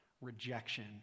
rejection